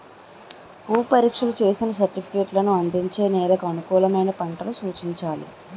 భూ పరీక్షలు చేసిన సర్టిఫికేట్లను అందించి నెలకు అనుకూలమైన పంటలు సూచించాలి